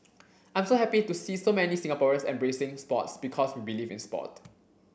I'm so happy to see so many Singaporeans embracing sports because we believe in sport